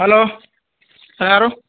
hello ಯಾರು